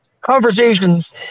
Conversations